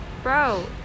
Bro